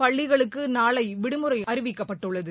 பள்ளிகளுக்கு நாளை விடுமுறை அறிவிக்கப்பட்டுள்ளது